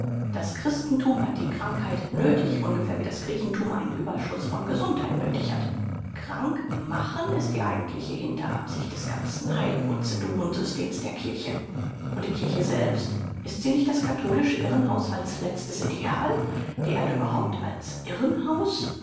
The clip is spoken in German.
das christenthum hat die krankheit nöthig ungefähr wie das griechenthum einen überschuß von gesundheit nöthig hat krankmachen ist die eigentliche hinterabsicht des ganzen heilsproceduren systems der kirche und die kirche selbst ist sie nicht das katholische irrenhaus als letztes ideal die erde überhaupt als irrenhaus